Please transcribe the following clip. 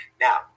now